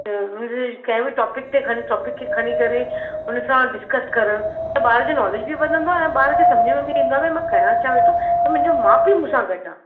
उन खे कंहिं बि टॉपिक ते खणी करे उन सां डिस्कस करण त ॿार जो नॉलेज बि वधंदो आहे ऐं ॿार खे समुझ में बि ईंदो आहे की मां करां छा वेठो ऐं मुंहिंजो माउ पीउ मूंसां गॾु आहे